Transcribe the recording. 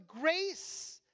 grace